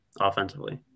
offensively